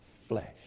flesh